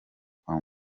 kwa